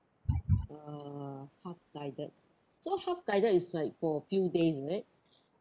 uh half guided so half guided is like for few days is it